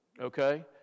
okay